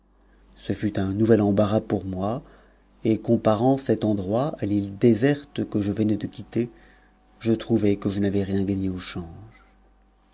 ce fut un nouvel embarras pour moi et comparant cet endroit à l'ile déserte que je venais de quitter je trouvai que je n'avais rien gagné au change